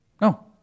No